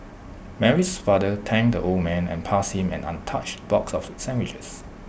Mary's father thanked the old man and passed him an untouched box of sandwiches